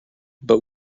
but